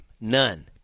None